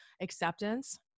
acceptance